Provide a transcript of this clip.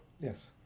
Yes